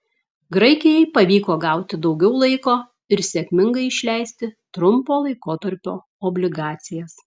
graikijai pavyko gauti daugiau laiko ir sėkmingai išleisti trumpo laikotarpio obligacijas